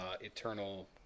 eternal